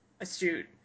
astute